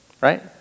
right